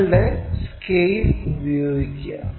നിങ്ങളുടെ സ്കെയിൽ ഉപയോഗിക്കുക